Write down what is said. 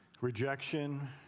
Rejection